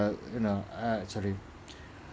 you know ah sorry